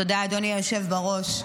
תודה, אדוני היושב בראש.